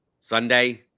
Sunday